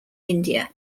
india